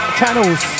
channels